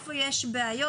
היכן יש בעיות.